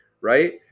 right